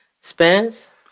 Spence